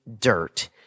dirt